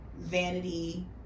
vanity